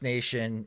Nation